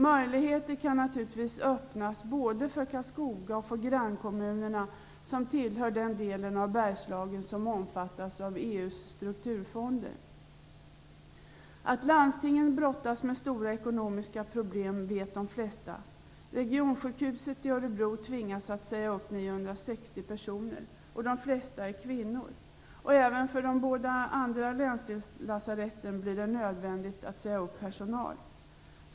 Möjligheter kan naturligtvis öppnas både för Karlskoga och för grannkommunerna, som tillhör den del av Bergslagen som omfattas av EU:s strukturfonder. Att landstingen brottas med stora ekonomiska problem vet de flesta. Regionsjukhuset i Örebro tvingas säga upp 960 personer, och de flesta är kvinnor. Även för de båda andra länslasaretten blir det nödvändigt att säga upp personal.